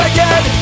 Again